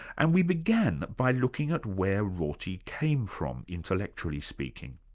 and we began by looking at where rorty came from, intellectually speaking.